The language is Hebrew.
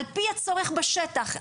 על פי הצורך בשטח,